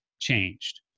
changed